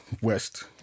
West